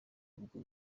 ubwo